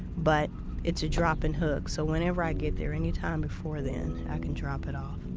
but it's a drop-and-hook, so whenever i get there any time before then i can drop it off.